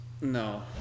No